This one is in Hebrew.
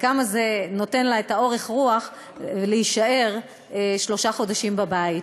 וכמה זה נותן לה את אורך הרוח להישאר שלושה חודשים בבית,